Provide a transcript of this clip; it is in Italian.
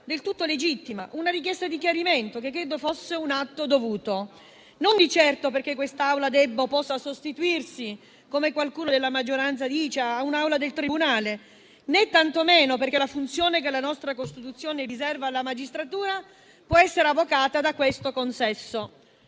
del tutto legittima di chiarimento che credo fosse un atto dovuto, non di certo perché quest'Assemblea debba o possa sostituirsi, come qualcuno della maggioranza dice, a un'aula di tribunale, né tantomeno perché la funzione che la nostra Costituzione riserva alla magistratura possa essere avocata da questo consesso.